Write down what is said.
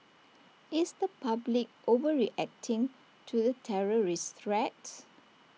is the public overreacting to the terrorist threat